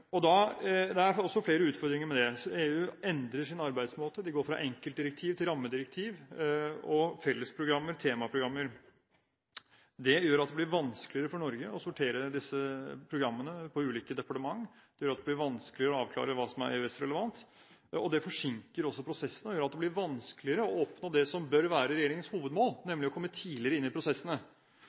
Det er flere utfordringer med det. EU endrer sin arbeidsmåte. De går fra enkeltdirektiv til rammedirektiv og fellesprogrammer, temaprogrammer. Det gjør at det blir vanskeligere for Norge å sortere disse programmene på ulike departement, vanskeligere å avklare hva som er EØS-relevant, og det forsinker også prosessene og gjør at det blir vanskeligere å oppnå det som bør være regjeringens hovedmål, nemlig å komme tidligere inn i prosessene.